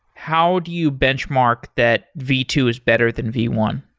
how do you benchmark that v two is better than v one?